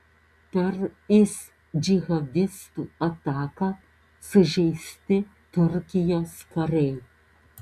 per is džihadistų ataką sužeisti turkijos kariai